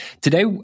Today